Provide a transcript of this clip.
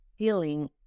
healing